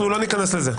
אנחנו לא ניכנס לזה.